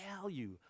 value